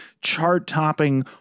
chart-topping